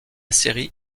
série